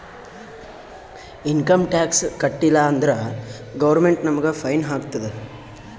income tax ಕಟ್ಟೀಲ ಅಂದುರ್ government ನಮುಗ್ ಫೈನ್ ಹಾಕ್ತುದ್